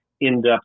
in-depth